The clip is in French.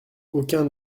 aucun